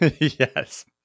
yes